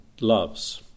loves